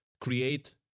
create